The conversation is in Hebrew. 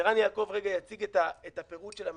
אז ערן יעקב רגע יציג את הפירוט של המענקים.